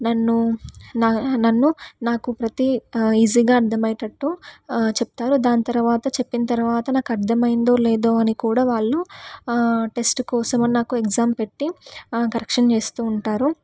నన్ను నా నన్ను నాకు ప్రతీ ఈజీగా అర్థమయ్యేటట్టు చెప్తారు దాని తర్వాత చెప్పిన తర్వాత నాకు అర్థమైందో లేదో అని కూడా వాళ్ళు టెస్ట్ కోసం అని నాకు ఎగ్జామ్ పెట్టి కరెక్షన్ చేస్తూ ఉంటారు